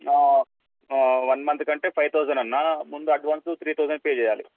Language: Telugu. వన్ మంత్ కంటే ఫైవ్ థౌజండ్ అన్నా ముందు అడ్వాన్సు త్రీ థౌజండ్ పే చెయ్యాలి